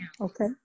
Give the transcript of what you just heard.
okay